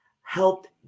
helped